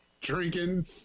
Drinking